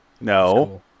No